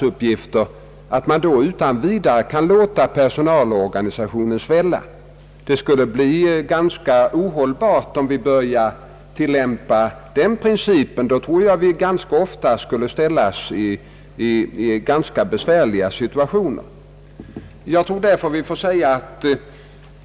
Jag tror att vi ganska ofta skulle ställas i besvärliga situationer om man började tillämpa en sådan princip; läget skulle bli rätt ohållbart.